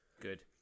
Good